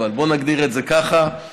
בואו נגדיר את זה ככה,